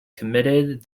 committed